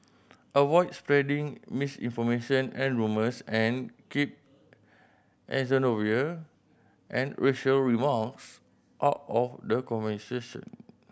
avoid spreading misinformation and rumours and keep xenophobia and racial remarks out of the conversation